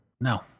No